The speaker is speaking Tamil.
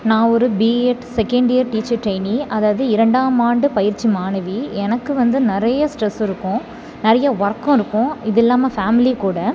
நான் ஒரு BEd second year teacher trainee அதாவது இரண்டாம் ஆண்டு பயிற்சி மாணவி எனக்கு வந்து நிறைய ஸ்ட்ரெஸ் இருக்கும் நிறைய ஒர்க்கும் இருக்கும் இதில்லாம ஃபேம்லி கூட